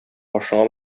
башыңа